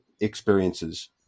experiences